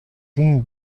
sin